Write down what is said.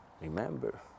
remember